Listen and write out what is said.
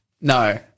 No